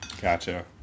gotcha